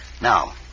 Now